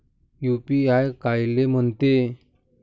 UPI कायले म्हनते?